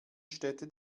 städte